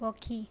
ପକ୍ଷୀ